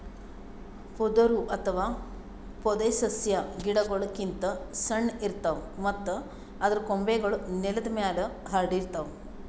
ಪೊದರು ಅಥವಾ ಪೊದೆಸಸ್ಯಾ ಗಿಡಗೋಳ್ ಗಿಂತ್ ಸಣ್ಣು ಇರ್ತವ್ ಮತ್ತ್ ಅದರ್ ಕೊಂಬೆಗೂಳ್ ನೆಲದ್ ಮ್ಯಾಲ್ ಹರ್ಡಿರ್ತವ್